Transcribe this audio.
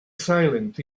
silent